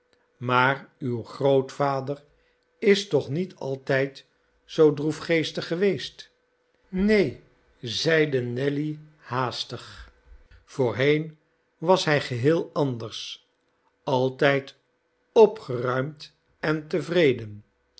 maar uw grootvader is toch niet altijd zoo droefgeestig geweest neen zeide nelly haastig voorheen was hij geheel anders altijd opgeruimd en tevreden